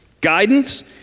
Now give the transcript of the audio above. guidance